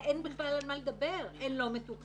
אין בכלל על מה לדבר, הן לא מתוקצבות.